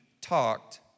talked